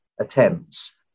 attempts